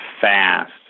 fast